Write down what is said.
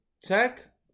Tech